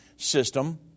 system